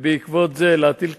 אני מוכרח להגיד לכם,